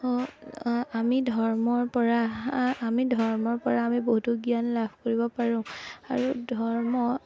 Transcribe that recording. আ আমি ধৰ্মৰ পৰা আমি ধৰ্মৰ পৰা আমি বহুতো জ্ঞান লাভ কৰিব পাৰোঁ আৰু ধৰ্ম